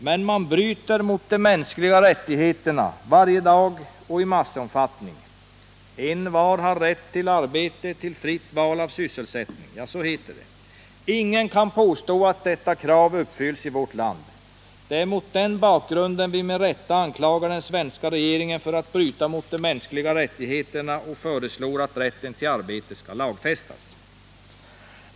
Men man bryter mot de mänskliga rättigheterna, varje dag och i massomfattning. ”Envar har rätt till arbete, till fritt val av sysselsättning”, heter det. Ingen kan påstå att detta krav uppfylls i vårt land. Det är mot den bakgrunden som vi med rätta anklagar den svenska regeringen för att bryta mot de mänskliga rättigheterna och föreslår att rätten till arbete skall lagfästas.